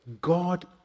God